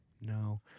No